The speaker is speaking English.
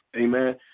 amen